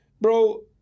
bro